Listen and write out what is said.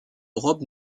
robe